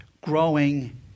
growing